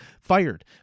fired